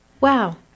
Wow